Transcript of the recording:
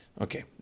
okay